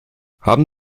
haben